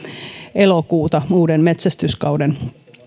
elokuuta uuden metsästyskauden